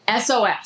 SOS